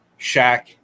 Shaq